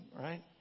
right